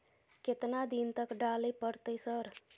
केतना दिन तक डालय परतै सर?